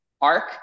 arc